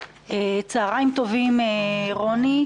צהריים טובים, רוני.